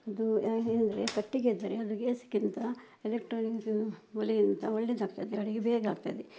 ಅದೂ ಏನೆಂದ್ರೆ ಕಟ್ಟಿಗೆ ಇದ್ದರೆ ಅದು ಗ್ಯಾಸ್ಗಿಂತ ಎಲೊಕ್ಟ್ರೋನಿಕ್ ಒಲೆಗಿಂತ ಒಳ್ಳೆಯದಾಗ್ತದೆ ಅಡುಗೆ ಬೇಗ ಆಗ್ತದೆ